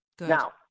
Now